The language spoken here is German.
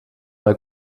mal